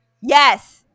Yes